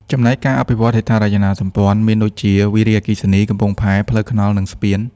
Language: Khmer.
ចំណែកការអភិវឌ្ឍន៍ហេដ្ឋារចនាសម្ព័ន្ធមានដូចជា វារីអគ្គិសនី កំពង់ផែ ផ្លូវថ្នល់ និងស្ពាន។